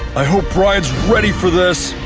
i hope brian's ready for this!